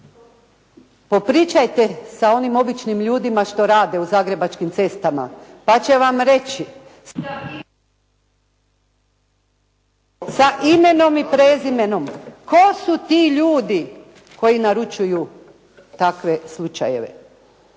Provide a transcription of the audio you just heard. Popričajte sa onim običnim ljudima što rade u Zagrebačkim cestama pa će vam reći … /Govornica je isključena./ … sa imenom i prezimenom tko su ti ljudi koji naručuju takve slučajeve?